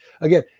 again